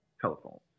Telephone